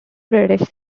british